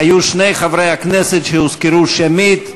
היו שני חברי כנסת שהוזכרו שמית,